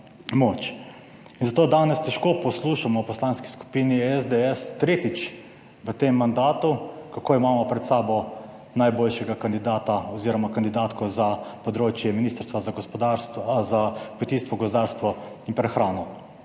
zato danes težko poslušamo v Poslanski skupini SDS tretjič v tem mandatu kako imamo pred sabo najboljšega kandidata oziroma kandidatko za področje Ministrstva za kmetijstvo, gozdarstvo in prehrano.